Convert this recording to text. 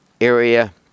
area